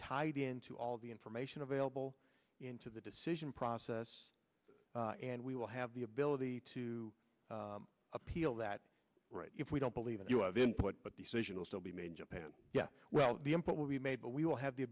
tied into all the information available into the decision process and we will have the ability to appeal that right if we don't believe it you of input but decision will still be made in japan yeah well the input will be made but we will have the